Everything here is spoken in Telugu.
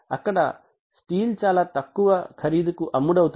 అక్కడ స్టీల్ చాలా తక్కువ ఖరీదుకు అమ్ముడవుతుంది